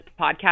podcast